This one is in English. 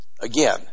again